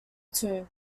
two